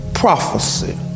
prophecy